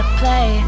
play